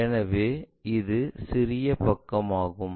எனவே இது சிறிய பக்கமாகும்